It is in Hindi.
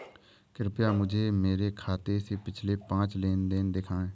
कृपया मुझे मेरे खाते से पिछले पांच लेन देन दिखाएं